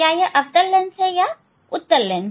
क्या यह अवतल लेंस है या उत्तल लेंस